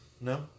No